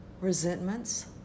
resentments